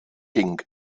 ging